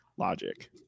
Logic